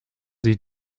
sie